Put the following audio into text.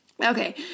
Okay